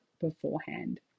beforehand